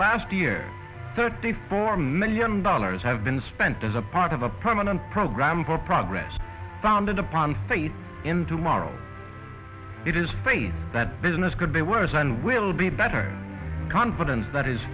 last year thirty four million dollars have been spent as a part of a permanent program for progress founded upon faith in tomorrow it is faith that business could be worse and will be better confidence that is